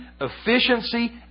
efficiency